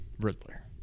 Riddler